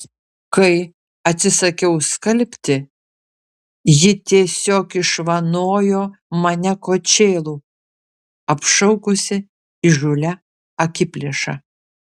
kai atsisakiau skalbti ji tiesiog išvanojo mane kočėlu apšaukusi įžūlia akiplėša